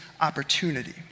opportunity